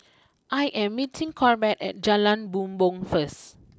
I am meeting Corbett at Jalan Bumbong first